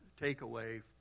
takeaway